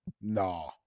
Nah